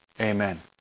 Amen